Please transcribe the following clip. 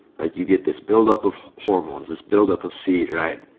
like you get this buildup of hormones, this buildup of seed right?